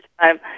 time